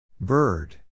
Bird